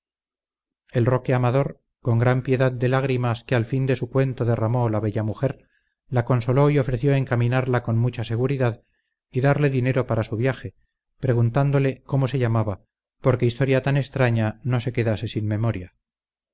el roque amador con gran piedad de lágrimas que al fin de su cuento derramó la bella mujer la consoló y ofreció encaminarla con mucha seguridad y darle dinero para su viaje preguntándole cómo se llamaba porque historia tan extraña no se quedase sin memoria